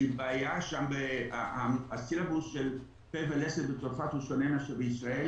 הבעיה היא שהסילבוס של פה ולסת בצרפת שונה מאשר בישראל,